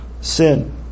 sin